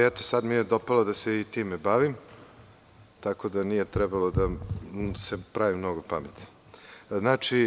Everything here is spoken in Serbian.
Eto, sad mi je dopalo da se i time bavim, tako da nije trebalo da se pravim mnogo pametan.